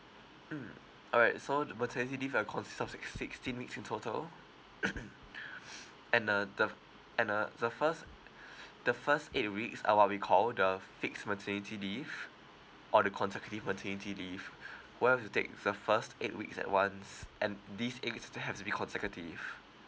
mm all right so maternity leaves are consist of six sixteen weeks in total and uh the and uh the first the first eight weeks are what we call the fixed maternity leave or the consecutive maternity leave what you have to take is the first eight weeks at once and these eight weeks leave have to be consecutive